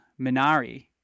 Minari